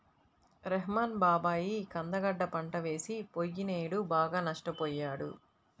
రెహ్మాన్ బాబాయి కంద గడ్డ పంట వేసి పొయ్యినేడు బాగా నష్టపొయ్యాడు